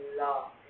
love